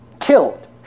killed